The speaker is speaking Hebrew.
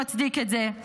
מצדיק את זה.